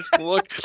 look